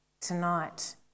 tonight